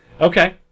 Okay